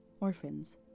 orphans